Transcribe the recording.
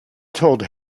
told